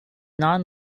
non